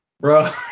Bro